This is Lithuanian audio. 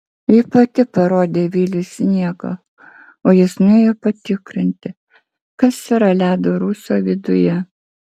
ji pati parodė viliui sniegą o jis nuėjo patikrinti kas yra ledo rūsio viduje